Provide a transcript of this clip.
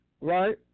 Right